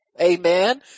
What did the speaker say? Amen